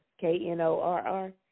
K-N-O-R-R